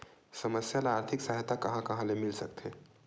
समस्या ल आर्थिक सहायता कहां कहा ले मिल सकथे?